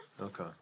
okay